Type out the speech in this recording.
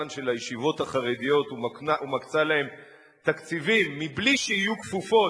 של הישיבות החרדיות ומקצה להן תקציבים בלי שיהיו כפופות,